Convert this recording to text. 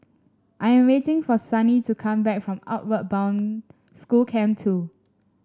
I am waiting for Sunny to come back from Outward Bound School Camp Two